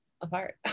apart